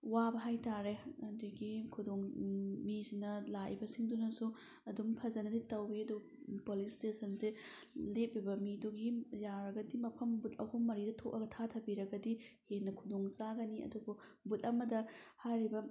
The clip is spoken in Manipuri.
ꯋꯥꯕ ꯍꯥꯏꯇꯥꯔꯦ ꯑꯗꯒꯤ ꯈꯨꯗꯣꯡ ꯃꯤꯁꯤꯅ ꯂꯥꯛꯏꯕꯁꯤꯡꯗꯨꯅꯁꯨ ꯑꯗꯨꯝ ꯐꯖꯅꯗꯤ ꯇꯧꯋꯦ ꯑꯗꯨ ꯄꯣꯂꯤꯡ ꯏꯁꯇꯦꯁꯟꯁꯦ ꯂꯦꯞꯂꯤꯕ ꯃꯤꯗꯨꯒꯤ ꯌꯥꯔꯒꯗꯤ ꯃꯐꯝ ꯕꯨꯠ ꯑꯍꯨꯝ ꯃꯔꯤꯗ ꯊꯣꯛꯑꯒ ꯊꯥꯊꯕꯤꯔꯒꯗꯤ ꯍꯦꯟꯅ ꯈꯨꯗꯣꯡ ꯆꯥꯒꯅꯤ ꯑꯗꯨꯕꯨ ꯕꯨꯠ ꯑꯃꯗ ꯍꯥꯏꯔꯤꯕ